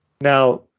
now